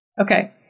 Okay